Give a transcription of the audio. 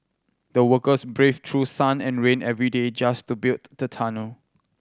the workers braved through sun and rain every day just to build the tunnel